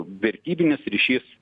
vertybinis ryšys